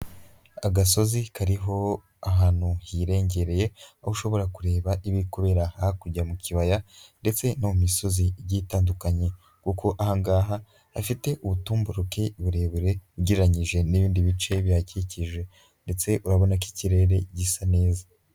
Agasozi kariho ahantu hirengereye aho ushobora kureba ibi kubera hakurya mu kibaya, ndetse no mu misozi bitandukanye, kuko ahangaha hafite ubutumburuke burebure ugereranyije n'ibindi bice bihakikije, ndetse urabona ko ikirere gisa neza.